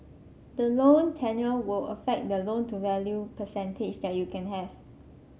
the loan tenure will affect the loan to value percentage that you can have